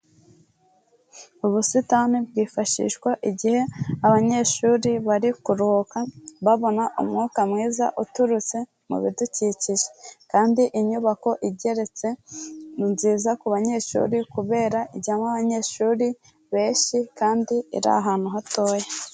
Ubusitani bwifashishwa igihe abanyeshuri bari kuruhuka babona umwuka mwiza uturutse mu bidukikije, kandi inyubako igeretse ni nziza ku banyeshuri kubera ijyamo abanyeshuri benshi kandi ari ahantu hatoya.